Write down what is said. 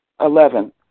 Eleven